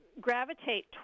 gravitate